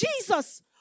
Jesus